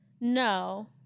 No